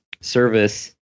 service